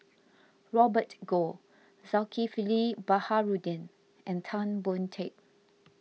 Robert Goh Zulkifli Baharudin and Tan Boon Teik